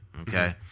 okay